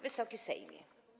Wysoki Sejmie!